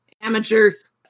Amateurs